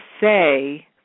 say